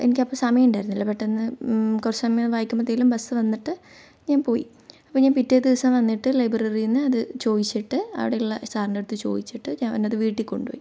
എനിക്കപ്പോൾ സമയം ഉണ്ടായിരുന്നില്ല പെട്ടന്ന് കുറച്ചു സമയം വായിക്കുമ്പോഴ്ത്തേലും ബസ് വന്നിട്ട് ഞാൻ പോയി അപ്പോൾ ഞാൻ പിറ്റേ ദിവസം വന്നിട്ട് ലൈബ്രറിന്നു അത് ചോദിച്ചിട്ട് അവിടെയുള്ള സാറിൻ്റെ അടുത്ത് ചോദിച്ചിട്ട് ഞാനത് വീട്ടിൽക്കൊണ്ടുപോയി